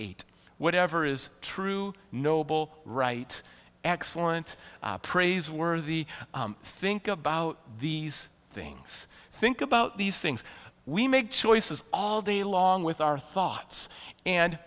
eight whatever is true noble right excellent praiseworthy think about these things think about these things we make choices all day long with our thoughts and